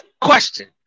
Question